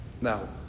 Now